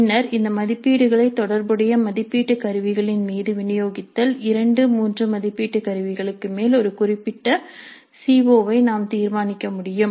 பின்னர் இந்த மதிப்பீடுகளை தொடர்புடைய மதிப்பீட்டு கருவிகளின் மீது விநியோகித்தல் 2 3 மதிப்பீட்டு கருவிகளுக்கு மேல் ஒரு குறிப்பிட்ட சிஓ ஐ நாம் தீர்மானிக்க முடியும்